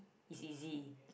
is easy